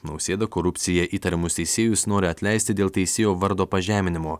nausėda korupcija įtariamus teisėjus nori atleisti dėl teisėjo vardo pažeminimo